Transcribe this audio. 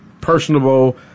personable